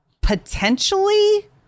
potentially